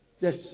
Yes